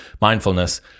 mindfulness